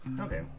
Okay